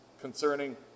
concerning